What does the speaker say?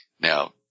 Now